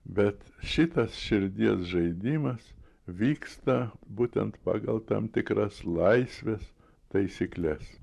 bet šitas širdies žaidimas vyksta būtent pagal tam tikras laisvės taisykles